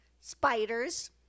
Spiders